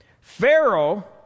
pharaoh